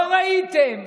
לא ראיתם